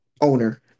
owner